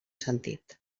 sentit